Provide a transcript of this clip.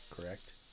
correct